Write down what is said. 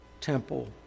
temple